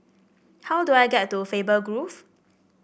how do I get to Faber Grove